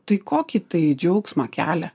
tai kokį tai džiaugsmą kelia